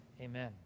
Amen